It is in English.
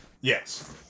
Yes